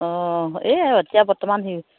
অঁ এই এতিয়া বৰ্তমান